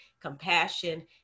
compassion